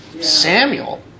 Samuel